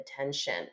attention